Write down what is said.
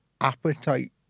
appetite